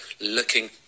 looking